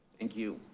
thank you.